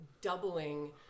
doubling